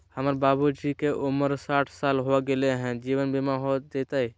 हमर बाबूजी के उमर साठ साल हो गैलई ह, जीवन बीमा हो जैतई?